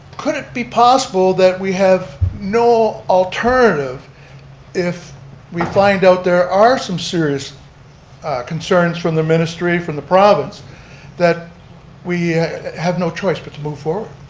could it be possible that we have no alternative if we find out there are some serious concerns from the ministry for the province that we have no choice but to move forward?